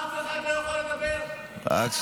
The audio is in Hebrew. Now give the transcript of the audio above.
אף אחד לא יכול לדבר, רק אמסלם יכול לדבר?